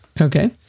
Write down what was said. Okay